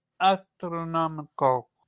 astronomical